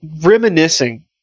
reminiscing